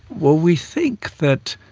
well, we think that